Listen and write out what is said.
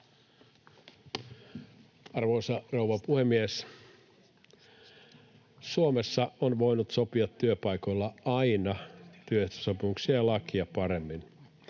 Arvoisa rouva puhemies! Suomessa on voinut sopia työpaikoilla aina työehtosopimuksia ja lakia paremmin.